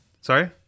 Sorry